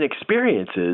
experiences